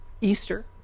easter